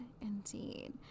indeed